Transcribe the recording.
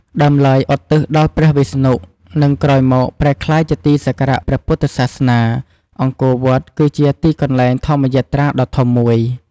ដើមឡើយឧទ្ទិសដល់ព្រះវិស្ណុ និងក្រោយមកប្រែក្លាយជាទីសក្ការៈព្រះពុទ្ធសាសនា អង្គរវត្តគឺជាទីកន្លែងធម្មយាត្រាដ៏ធំមួយ។